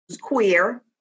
queer